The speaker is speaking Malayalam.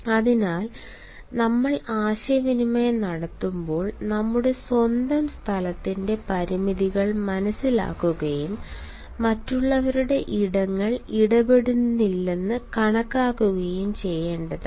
അതിനാൽ നമ്മൾ ആശയവിനിമയം നടത്തുമ്പോൾ നമ്മുടെ സ്വന്തം സ്ഥലത്തിന്റെ പരിമിതികൾ മനസിലാക്കുകയും മറ്റുള്ളവരുടെ ഇടങ്ങൾ ഇടപെടുന്നില്ലെന്ന് കണക്കാക്കുകയും ചെയ്യേണ്ടതാണ്